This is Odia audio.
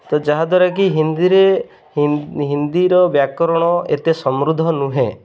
ତ ଯାହାଦ୍ୱାରା କିି ହିନ୍ଦୀରେ ହିନ୍ଦୀର ବ୍ୟାକରଣ ଏତେ ସମୃଦ୍ଧ ନୁହେଁ